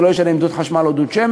וזה לא ישנה אם יש דוד חשמל או דוד שמש.